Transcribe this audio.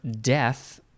death